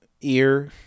ear